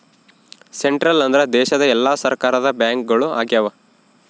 central ಅಂದ್ರ ದೇಶದ ಎಲ್ಲಾ ಸರ್ಕಾರದ ಬ್ಯಾಂಕ್ಗಳು ಆಗ್ಯಾವ